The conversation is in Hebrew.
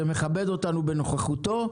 שמכבד אותנו בנוכחותו,